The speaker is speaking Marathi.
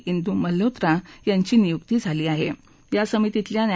डू मल्होत्रा यांची नियुक्ती झाली आहा ग्रा समितीतल्या न्या